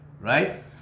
Right